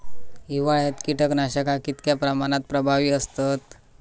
हिवाळ्यात कीटकनाशका कीतक्या प्रमाणात प्रभावी असतत?